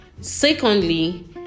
secondly